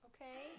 Okay